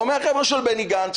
לא מהחבר'ה של בני גנץ,